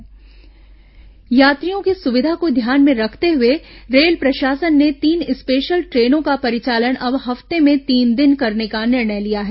train सुविधा यात्रियों की सुविधा को ध्यान में रखते हुए रेल प्रशासन ने तीन स्पेशल ट्रेनों का परिचालन अब हफ्ते में तीन दिन करने का निर्णय लिया है